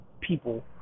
people